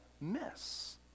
miss